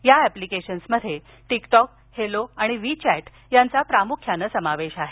या ऍप्लिकेशन्समध्ये TikTok Helo आणि विचॅट यांचा प्रामुख्याने समावेश आहे